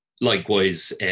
likewise